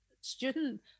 student